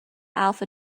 alpha